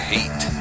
Hate